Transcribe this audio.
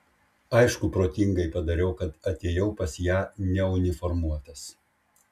aišku protingai padariau kad atėjau pas ją neuniformuotas